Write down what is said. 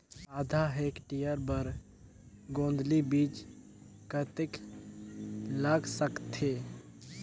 आधा हेक्टेयर बर गोंदली बीच कतेक लाग सकथे?